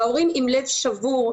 ההורים עם לב שבור,